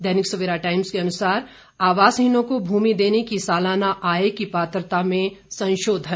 दैनिक Savera times के अनुसार आवासहीनों को भूमि देने की सालाना आय की पात्रता में संशोधन